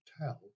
tell